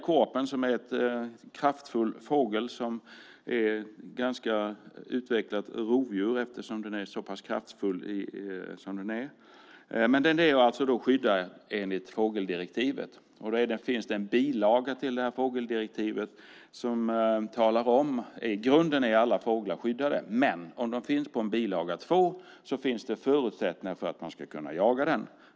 Korpen, som är en kraftfull fågel och ett ganska utvecklat rovdjur, eftersom den är så pass kraftfull som den är, är skyddad enligt fågeldirektivet. I grunden är alla fåglar skyddade, men om de finns på bilaga 2 till fågeldirektivet finns det förutsättningar för att man ska kunna jaga dem.